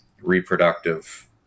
reproductive